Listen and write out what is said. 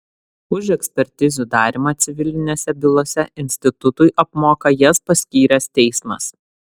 už ekspertizių darymą civilinėse bylose institutui apmoka jas paskyręs teismas